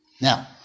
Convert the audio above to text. now